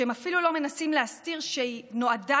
שהם אפילו לא מנסים להסתיר שהיא נועדה